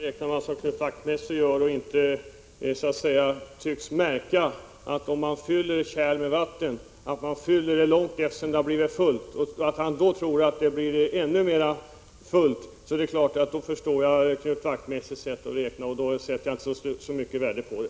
Herr talman! Om man tänker sig att man fyller ett kärl med vatten och sedan inte tycks märka när kärlet blir fullt, utan fortsätter att fylla på vatten i tron att kärlet skall bli ännu mera fullt — då förstår jag Knut Wachtmeisters sätt att räkna, och då sätter jag inte mycket värde på det.